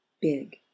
big